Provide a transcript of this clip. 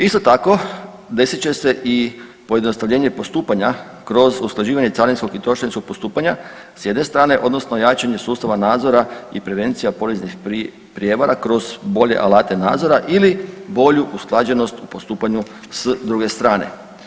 Isto tako desit će se i pojednostavljenje postupanja kroz usklađivanje carinskog i trošarinskog postupanja s jedne strane, odnosno jačanje sustava nadzora i prevencija poreznih prijevara kroz bolje alate nadzora ili bolju usklađenost u postupanju s druge strane.